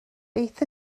beth